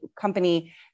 company